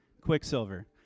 Quicksilver